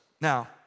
Now